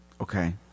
Okay